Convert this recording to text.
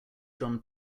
john